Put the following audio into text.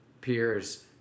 peers